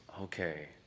Okay